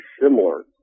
similar